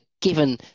Given